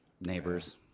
neighbors